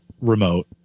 remote